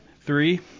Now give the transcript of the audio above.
three